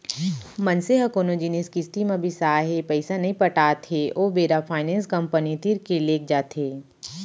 मनसे ह कोनो जिनिस किस्ती म बिसाय हे पइसा नइ पटात हे ओ बेरा फायनेंस कंपनी तीर के लेग जाथे